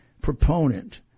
proponent